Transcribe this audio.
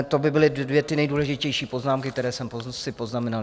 To by byly dvě ty nejdůležitější poznámky, které jsem si poznamenal.